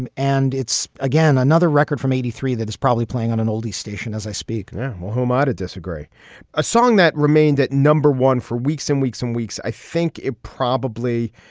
and and it's, again, another record from eighty three that is probably playing on an oldie station as i speak mohammod a disagree a song that remained that number one, for weeks and weeks and weeks. i think it probably.